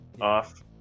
off